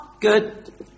good